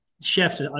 chefs